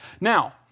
Now